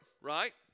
right